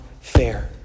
fair